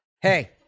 Hey